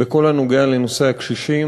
בכל הנוגע בנושא הקשישים.